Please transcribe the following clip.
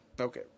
Okay